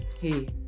hey